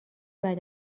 بعد